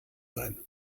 sein